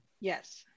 Yes